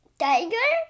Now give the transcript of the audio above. tiger